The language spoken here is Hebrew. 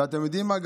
ואתם יודעים מה,